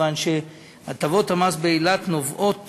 מכיוון שהטבות המס באילת נובעות